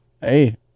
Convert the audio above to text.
hey